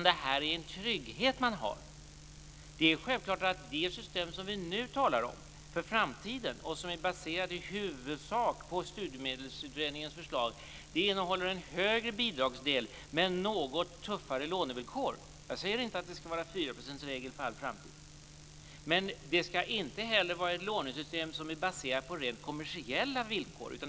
Det här är en trygghet man har. Det system som vi nu talar om för framtiden och som är baserat i huvudsak på studiemedelsutredningens förslag innehåller en högre bidragsdel men något tuffare lånevillkor. Jag säger inte att det skall vara en fyraprocentsregel för all framtid. Men det skall inte heller vara ett lånesystem som är baserat på rent kommersiella villkor.